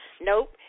Nope